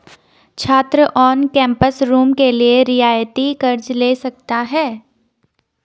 छात्र on campus room के लिए रियायती कर्ज़ ले सकता है